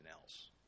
else